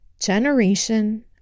generation